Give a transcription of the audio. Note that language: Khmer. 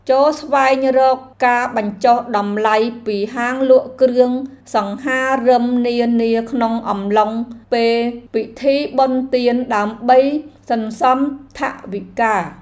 ចូរស្វែងរកការបញ្ចុះតម្លៃពីហាងលក់គ្រឿងសង្ហារិមនានាក្នុងអំឡុងពេលពិធីបុណ្យទានដើម្បីសន្សំថវិកា។